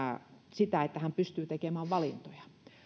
sitä että hän pystyy tekemään valintoja